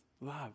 Love